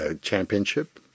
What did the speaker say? championship